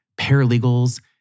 paralegals